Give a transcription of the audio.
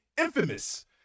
infamous